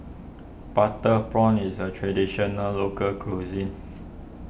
Butter Prawns is a Traditional Local Cuisine